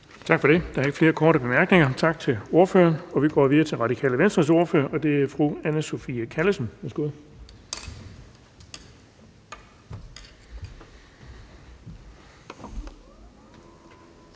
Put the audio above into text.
Bonnesen): Der er ikke flere korte bemærkninger. Tak til ordføreren. Vi går videre til Radikale Venstres ordfører, og det er fru Anne Sophie Callesen. Værsgo.